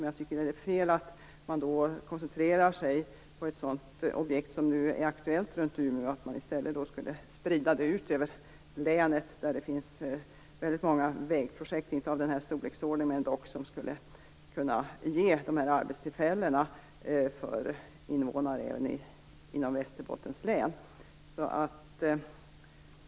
Men jag tycker att det är fel att man då koncentrerar sig på ett sådant objekt som nu är aktuellt runt Umeå. I stället skulle man sprida det ut över länet där det finns väldigt många vägprojekt, inte av denna storleksordning men som dock skulle kunna ge dessa arbetstillfällen inom Västerbottens län.